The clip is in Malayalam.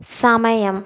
സമയം